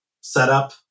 setup